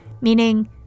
meaning